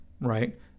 right